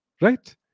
right